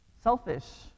selfish